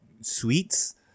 sweets